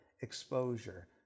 Exposure